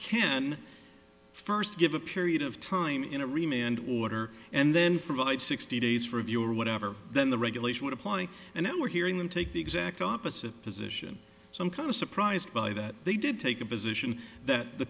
can first give a period of time in a remain and water and then provide sixty days for review or whatever then the regulation would apply and then we're hearing them take the exact opposite position some kind of surprised by that they did take a position that the